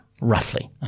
roughly